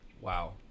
Wow